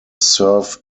served